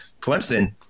Clemson